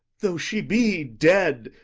though she be dead,